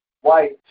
white